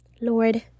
Lord